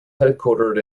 headquartered